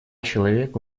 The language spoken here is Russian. человека